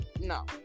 no